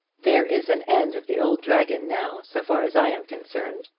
there is an end of the old dragon now, so far as i am concerned.